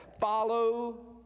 follow